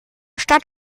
stadt